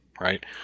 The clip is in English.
right